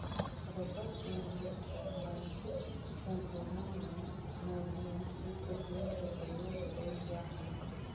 rubber के आनुवंशिक संशोधन में मैगनीज युक्त जीन के प्रयोग कैइल जा हई